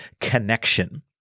connection